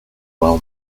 well